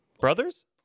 Brothers